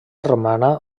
romana